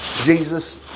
Jesus